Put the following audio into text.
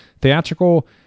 theatrical